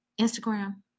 Instagram